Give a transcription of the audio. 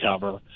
cover